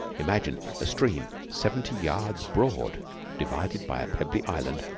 imagine a stream seventy yards broad divided by a pebbly island,